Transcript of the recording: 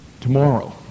tomorrow